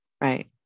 right